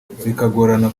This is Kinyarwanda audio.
bikagorana